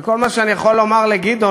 וכל מה שאני יכול לומר לגדעון,